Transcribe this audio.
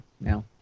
now